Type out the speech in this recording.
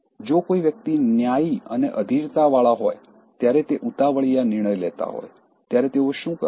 જો કોઈ વ્યક્તિ ન્યાયી અને અધીરતાવાળા હોય ત્યારે તે ઉતાવળીયા નિર્ણય લેતા હોય ત્યારે તેઓ શું કરે છે